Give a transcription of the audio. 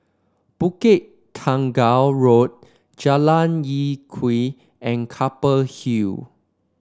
Bukit Tunggal Road Jalan Lye Kwee and Keppel Hill